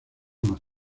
más